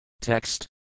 Text